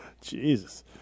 Jesus